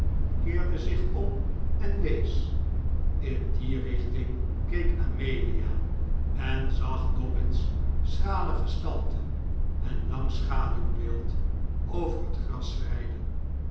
keerde zich om en wees in die richting keek amelia en zag dobbin's schrale gestalte en lang schaduwbeeld over het gras